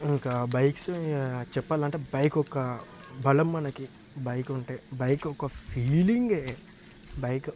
ఇంకా బైక్స్ చెప్పాలంటే బైక్ ఒక బలం మనకి బైక్ ఉంటే బైక్ ఒక ఫీలింగే బైక్